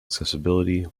accessibility